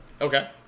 Okay